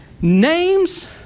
names